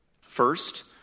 First